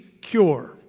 cure